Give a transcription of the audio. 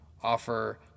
offer